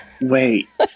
wait